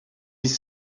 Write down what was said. dix